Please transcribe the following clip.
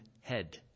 head